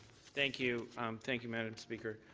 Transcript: thank you, thank you, madam speaker.